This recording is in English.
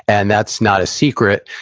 and that's not a secret.